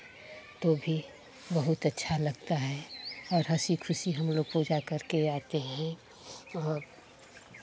तो भी बहुत अच्छा लगता है और हसी ख़ुशी हम लोग पूजा करके आते हैं और